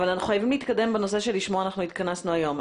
אבל אנחנו חייבים להתקדם בנושא לשמו התכנסנו היום.